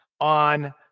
on